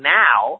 now